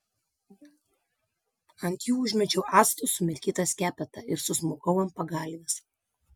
ant jų užmečiau actu sumirkytą skepetą ir susmukau ant pagalvės